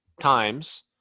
times